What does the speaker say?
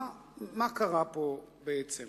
מה קרה פה, בעצם?